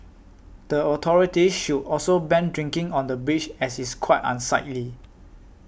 the authorities should also ban drinking on the bridge as it's quite unsightly